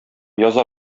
яза